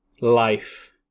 life